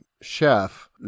Chef